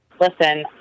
Listen